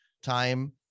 time